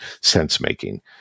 sense-making